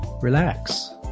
relax